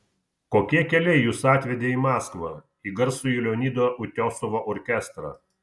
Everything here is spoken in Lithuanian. kokie keliai jus atvedė į maskvą į garsųjį leonido utiosovo orkestrą